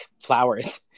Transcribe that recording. flowers